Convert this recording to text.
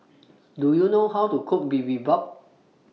Do YOU know How to Cook Bibimbap